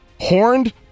horned